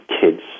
kids